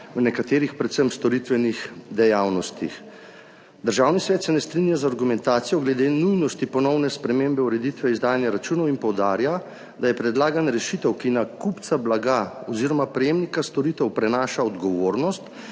v nekaterih, predvsem storitvenih dejavnostih. Državni svet se ne strinja z argumentacijo glede nujnosti ponovne spremembe ureditve izdajanja računov in poudarja, da je predlagana rešitev, ki na kupca blaga oziroma prejemnika storitev prenaša odgovornost,